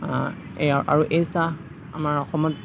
এইয়া আৰু এই চাহ আমাৰ অসমত